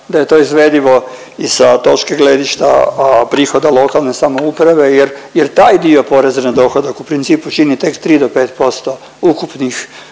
da je to izvedivo i sa točke gledišta prihoda lokalne samouprave jer taj dio poreza na dohodak u principu čini tek 3 do 5% ukupnih